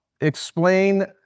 explain